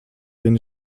den